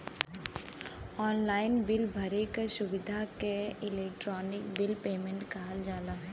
online bill भरे क सुविधा के इलेक्ट्रानिक बिल पेमेन्ट कहल जाला